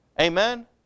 Amen